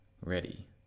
ready